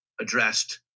addressed